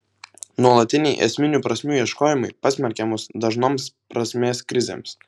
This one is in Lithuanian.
nuolatiniai esminių prasmių ieškojimai pasmerkia mus dažnoms prasmės krizėms